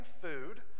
food